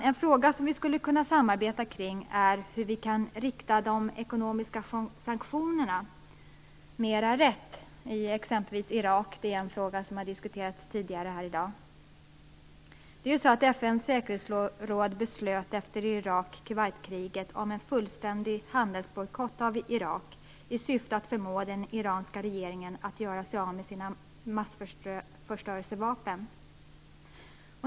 En fråga som vi skulle kunna samarbeta kring är hur vi kan rikta de ekonomiska sanktionerna mera rätt. Det gäller t.ex. Irak. Det är en fråga som har diskuterats tidigare här i dag. FN:s säkerhetsråd beslöt efter Irak-Kuwait-kriget om en fullständig handelsbojkott av Irak i syfte att förmå den irakiska regeringen att göra sig av med sina massförstörelsevapen.